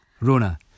Rona